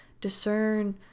discern